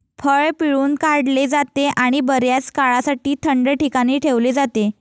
फळ पिळून काढले जाते आणि बर्याच काळासाठी थंड ठिकाणी ठेवले जाते